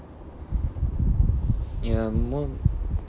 ya more